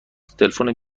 تلفن